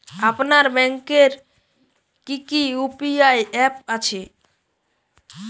আপনার ব্যাংকের কি কি ইউ.পি.আই অ্যাপ আছে?